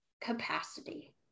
capacity